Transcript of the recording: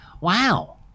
Wow